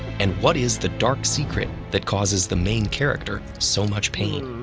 and what is the dark secret that causes the main character so much pain?